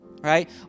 right